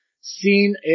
seen